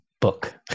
book